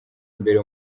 imbere